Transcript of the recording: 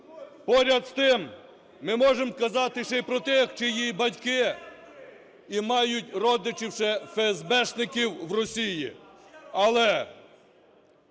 Поряд з тим, ми можемо сказати ще й про тих, чиї батьки… і мають родичів ще феесбешників в Росії. Але